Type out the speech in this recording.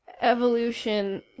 evolution